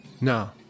No